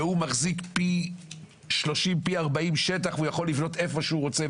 והוא מחזיק פי שלושים או פי ארבעים שטח ויכול לבנות איפה שהוא רוצה,